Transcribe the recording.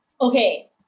Okay